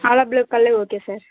ஆலா blue கலரே okay sir